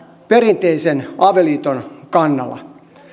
perinteisen avioliiton kannalla